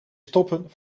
stoppen